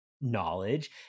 knowledge